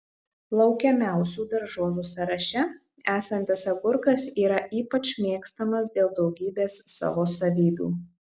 laukiamiausių daržovių sąraše esantis agurkas yra ypač mėgstamas dėl daugybės savo savybių